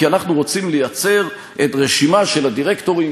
כי אנחנו רוצים לייצר רשימה של הדירקטורים,